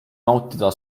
nautida